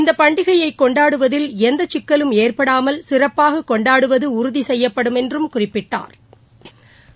இந்த பண்டிகையை கொண்டாடுவதில் எந்த சிக்கலும் ஏற்படாமல் சிறப்பாக கொண்டாடுவது உறுதி செய்யப்படும் என்று குறிப்பிட்டா்